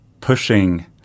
pushing